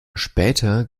später